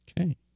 Okay